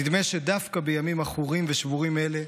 נדמה כי דווקא בימים עכורים ושבורים אלה,